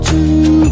Two